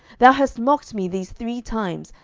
thou hast mocked me these three times,